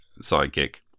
sidekick